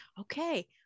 Okay